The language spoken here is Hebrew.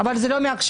אבל זה לא מעכשיו.